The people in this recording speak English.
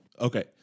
Okay